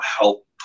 help